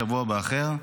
שבוע באחר.